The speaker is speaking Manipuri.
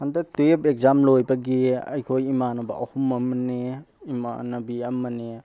ꯍꯟꯗꯛ ꯇꯨꯌꯦꯞ ꯑꯦꯛꯖꯥꯝ ꯂꯣꯏꯕꯒꯤ ꯑꯩꯈꯣꯏ ꯏꯃꯥꯟꯅꯕ ꯑꯍꯨꯝ ꯑꯃꯅꯦ ꯏꯃꯥꯟꯅꯕꯤ ꯑꯃꯅꯦ